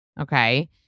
Okay